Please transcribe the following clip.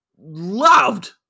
loved